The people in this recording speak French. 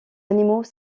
animaux